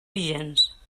vigents